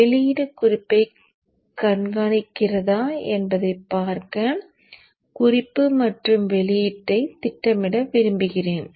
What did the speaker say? வெளியீடு குறிப்பைக் கண்காணிக்கிறதா என்பதைப் பார்க்க குறிப்பு மற்றும் வெளியீட்டைத் திட்டமிட விரும்புகிறேன்